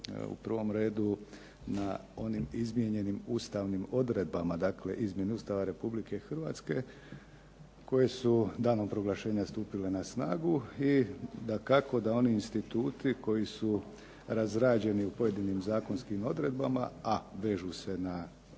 u prvom redu na onim izmijenjenim ustavnim odredbama, dakle izmjeni Ustava Republike Hrvatske koje su danom proglašenja stupile na snagu i dakako da oni instituti koji su razrađeni u pojedinim zakonskim odredbama, a vežu se na